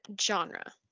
genre